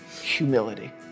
Humility